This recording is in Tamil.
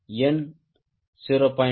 எனவே எண் 0